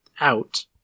out